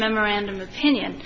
memorandum opinion